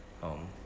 home